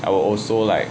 I will also like